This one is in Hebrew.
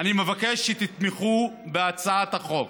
אני מבקש שתתמכו בהצעת החוק.